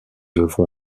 œuvres